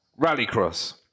Rallycross